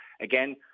again